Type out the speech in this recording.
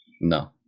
No